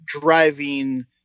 driving